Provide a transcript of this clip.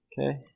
Okay